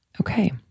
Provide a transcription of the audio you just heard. Okay